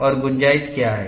और गुंजाइश क्या है